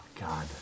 God